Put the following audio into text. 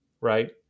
right